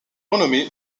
renommée